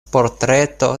portreto